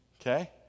Okay